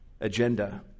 agenda